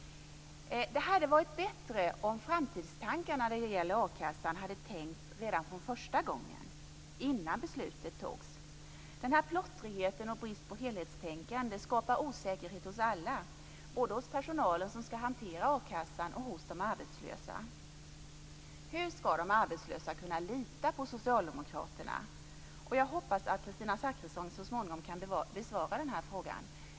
Det hade varit bättre om framtidstankarna i fråga om a-kassan hade tänkts från början innan beslutet fattades. Denna plottrighet och brist på helhetstänkande skapar osäkerhet hos alla, både hos personalen som skall handlägga a-kassan och hos de arbetslösa. Hur skall de arbetslösa kunna lita på socialdemokraterna? Jag hoppas att Kristina Zakrisson så småningom kan besvara frågan.